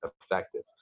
effective